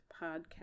podcast